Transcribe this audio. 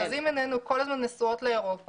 אז אם עינינו כל הזמן נשואות לאירופה,